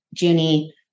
Junie